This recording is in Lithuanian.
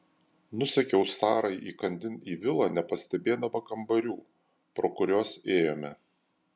nusekiau sarai įkandin į vilą nepastebėdama kambarių pro kuriuos ėjome